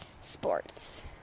sports